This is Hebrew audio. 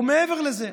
או מעבר לזה,